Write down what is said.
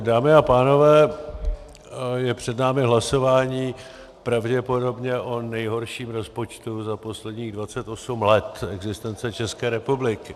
Dámy a pánové, je před námi hlasování pravděpodobně o nejhorším rozpočtu za posledních 28 let existence České republiky.